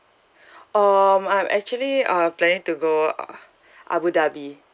um I'm actually uh planning to go uh abu dhabi